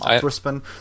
Brisbane